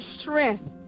strength